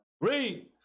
Read